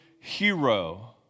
hero